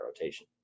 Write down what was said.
rotation